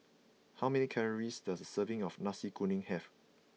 how many calories does a serving of Nasi Kuning have